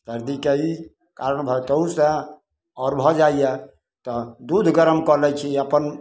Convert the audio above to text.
सरदीके ई कारण भऽ तहूसँ आओर भऽ जाइए तऽ दूध गरम कऽ लै छी अपन